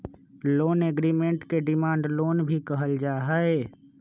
loan agreement के demand loan भी कहल जा हई